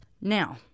Now